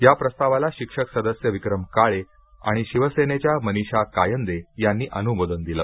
या प्रस्तावाला शिक्षक सदस्य विक्रम काळे आणि शिवसेनेच्या मनिषा कायंदे यांनी अनुमोदन दिलं